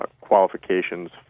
qualifications